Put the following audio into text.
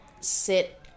sit